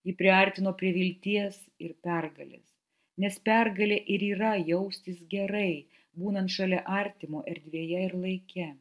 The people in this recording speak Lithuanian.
jį priartino prie vilties ir pergalės nes pergalė ir yra jaustis gerai būnant šalia artimo erdvėje ir laike